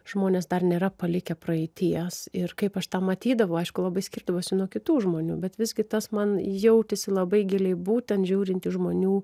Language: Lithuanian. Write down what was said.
žmonės dar nėra palikę praeities ir kaip aš tą matydavau aišku labai skirdavosi nuo kitų žmonių bet visgi tas man jautėsi labai giliai būtent žiūrint į žmonių